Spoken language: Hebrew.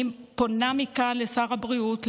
אני פונה מכאן לשר הבריאות,